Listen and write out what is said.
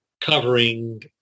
covering